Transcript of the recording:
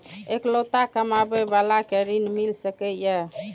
इकलोता कमाबे बाला के ऋण मिल सके ये?